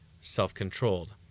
self-controlled